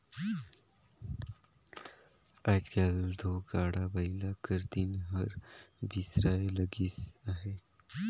आएज काएल दो गाड़ा बइला कर दिन हर बिसराए लगिस अहे